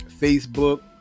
Facebook